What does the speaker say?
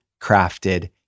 crafted